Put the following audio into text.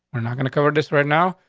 we're not gonna cover this right now.